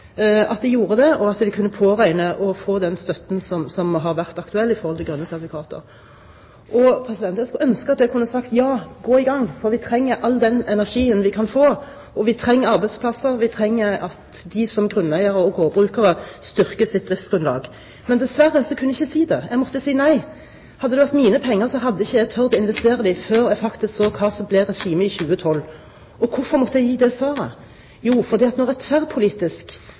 at de gjorde det, og om de kunne påregne å få den støtten som har vært aktuell i forhold til grønne sertifikater. Jeg skulle ønske at jeg kunne sagt: Ja, gå i gang, for vi trenger all den energien vi kan få, og vi trenger arbeidsplasser, vi trenger at de som grunneiere og gårdbrukere styrker sitt livsgrunnlag. Men dessverre kunne jeg ikke si det, jeg måtte si nei. Hadde det vært mine penger, hadde ikke jeg tort å investere dem før jeg faktisk så hva som ble regimet i 2012. Og hvorfor måtte jeg gi det svaret? Jo, for når et tverrpolitisk